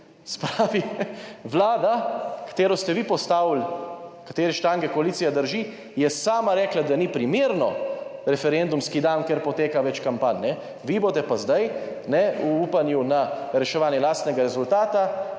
pravi, Vlada, katero ste vi postavili, katere štange koalicija drži, je sama rekla, da ni primerno referendumski dan, ker poteka več kampanj. Vi boste pa zdaj, ne v upanju na reševanje lastnega rezultata,